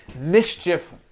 mischief